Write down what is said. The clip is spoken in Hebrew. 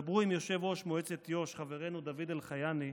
דברו עם יושב-ראש מועצת יו"ש חברנו דוד אלחייני,